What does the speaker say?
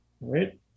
Right